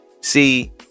see